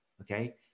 okay